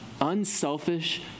unselfish